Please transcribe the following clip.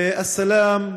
האפליה,